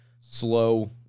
slow